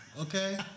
Okay